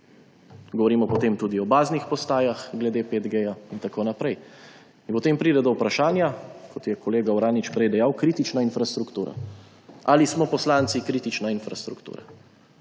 Govorimo potem tudi o baznih postajah glede 5G in tako naprej. In potem pride do vprašanja, kot je kolega Uranič prej dejal, kritična infrastruktura. Ali smo poslanci kritična infrastruktura?